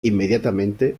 inmediatamente